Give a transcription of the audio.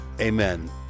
Amen